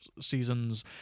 seasons